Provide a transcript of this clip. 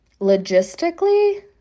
logistically